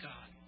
God